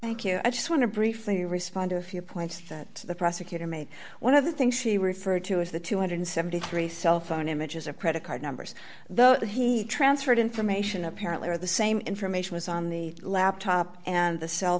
thank you i just want to briefly respond to a few points that the prosecutor made one of the things he referred to is the two hundred and seventy three cell phone images of credit card numbers though he transferred information apparently or the same information was on the laptop and the cell